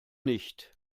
nicht